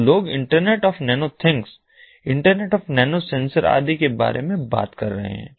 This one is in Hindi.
तो लोग internet of nano things internet of nano sensor आदि के बारे में बात कर रहे हैं